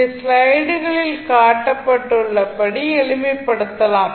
இதை ஸ்லைடுகளில் காட்டப்பட்டுள்ளபடி எளிமைப்படுத்தலாம்